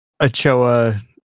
Achoa